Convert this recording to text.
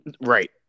Right